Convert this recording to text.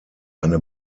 eine